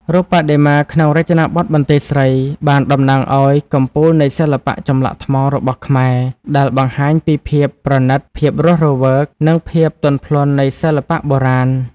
រូបបដិមាក្នុងរចនាបថបន្ទាយស្រីបានតំណាងឱ្យ កំពូលនៃសិល្បៈចម្លាក់ថ្ម របស់ខ្មែរ ដែលបង្ហាញពីភាពប្រណិត ភាពរស់រវើក និងភាពទន់ភ្លន់នៃសិល្បៈបុរាណ។